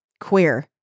queer